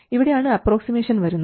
ഇവിടെയാണ് അപ്രോക്സിമേഷൻ വരുന്നത്